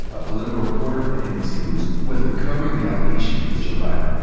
a political reporter at nbc news who has been covering the allegation against joe biden.